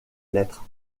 lettres